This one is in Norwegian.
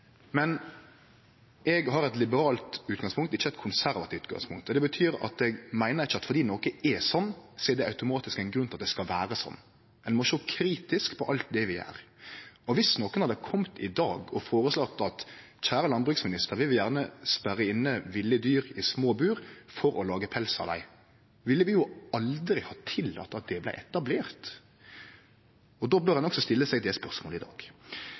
Men eg har eit liberalt utgangspunkt, ikkje eit konservativt utgangspunkt. Det betyr at eg ikkje meiner at fordi noko er sånn, er det automatisk ein grunn til at det skal vere sånn. Ein må sjå kritisk på alt vi gjer. Viss nokon hadde kome i dag og føreslått at «Kjære landbruksminister, vi vil gjerne sperre inne ville dyr i små bur for å lage pels av dei», ville vi aldri ha tillate at det vart etablert. Då bør ein òg stille seg det spørsmålet i dag.